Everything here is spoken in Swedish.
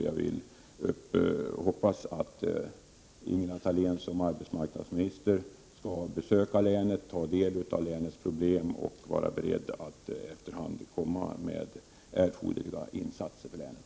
Jag hoppas att arbetsmarknadsminister Ingela Thalén besöker länet, tar del av länets problem och sedan är beredd att göra med erforderliga insatser för länet.